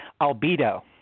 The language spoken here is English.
albedo